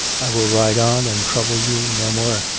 i will ride on and trouble you no more.